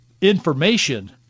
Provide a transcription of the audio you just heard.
information